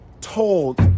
told